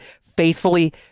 faithfully